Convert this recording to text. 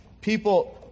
People